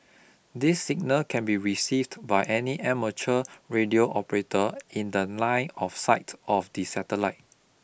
this signal can be received by any amateur radio operator in the line of sight of the satellite